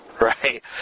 Right